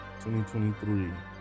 2023